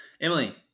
Emily